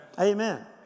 Amen